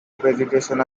vegetation